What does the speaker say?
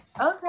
Okay